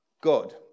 God